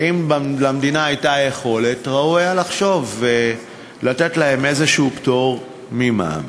ואם למדינה הייתה יכולת ראוי היה לחשוב לתת להם איזה פטור ממע"מ.